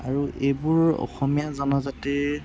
আৰু এইবোৰ অসমীয়া জনজাতিৰ